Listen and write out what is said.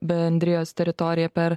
bendrijos teritoriją per